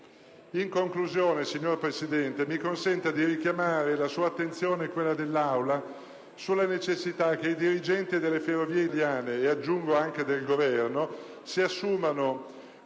In conclusione, signora Presidente, mi consenta di richiamare la sua attenzione e quella dell'Aula sulla necessità che i dirigenti delle Ferrovie italiane - e aggiungo anche del Governo - si assumano